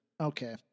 Okay